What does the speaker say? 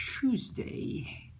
Tuesday